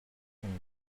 when